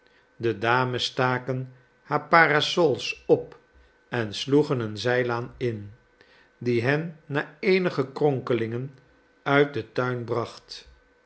de dames staken haar parasols op en sloegen een zijlaan in die hen na eenige kronkelingen uit den tuin bracht